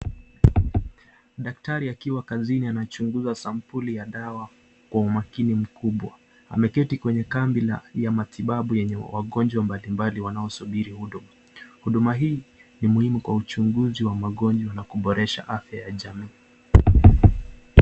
Dakitari akiwa kazini anachunguza sampuli ya dawa kwa umakini mkubwa ameketi kwenye kambi la yamatibabu wenye wagonjwa mbalimbali wanao subiri uduma, uduma hii ni muhimu kwa uchunguzi wa magonjwa na kuborasha afya ya jamii.